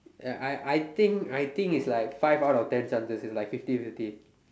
ya I I think I think it's like five out of ten chances it's like fifty fifty